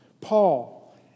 Paul